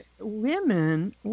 Women